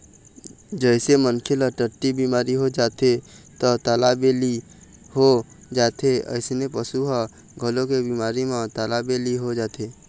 जइसे मनखे ल टट्टी बिमारी हो जाथे त तालाबेली हो जाथे अइसने पशु ह घलोक ए बिमारी म तालाबेली हो जाथे